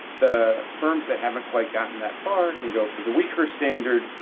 the firms that haven't quite gotten that far can go for the weaker standard,